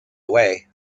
away